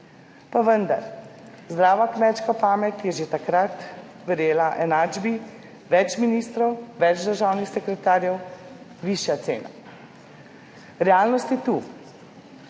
pa vendar je zdrava kmečka pamet že takrat verjela enačbi več ministrov, več državnih sekretarjev, višja cena. Realnost je tu.